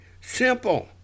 Simple